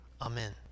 Amen